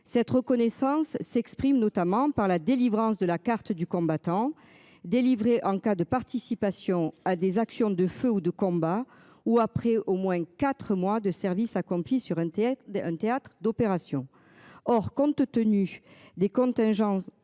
Cette reconnaissance s'exprime notamment par la délivrance de la carte du combattant délivrés en cas de participation à des actions de feu ou de combat ou après au moins 4 mois de service accompli sur un théâtre un théâtre d'opérations. Or, compte tenu des contingences